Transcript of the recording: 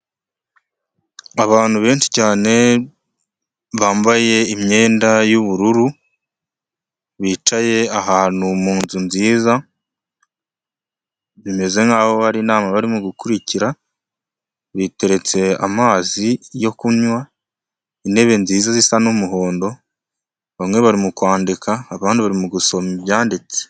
Abantu benshi cyane, bambaye imyenda y'ubururu bicaye ahantu mu nzu nziza, bimeze nk'aho hari inama kurikira, biteretse amazi yo kunywa, intebe nziza zisa n'umuhondo, bamwe bari mu kwandika abandi bari mu gusoma ibyanditse.